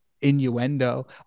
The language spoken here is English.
innuendo